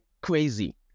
crazy